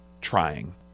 trying